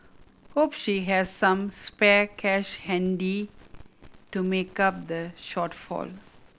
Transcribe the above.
hope she has some spare cash handy to make up the shortfall